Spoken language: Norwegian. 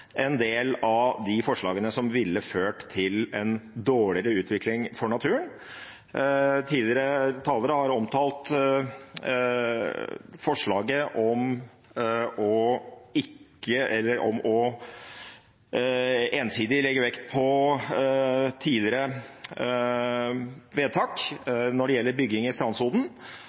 en del av de forslagene som ville ført til en dårligere utvikling for naturen. Tidligere talere har omtalt forslaget om ensidig å legge vekt på tidligere vedtak når det gjelder bygging i